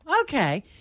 okay